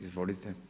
Izvolite.